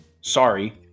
Sorry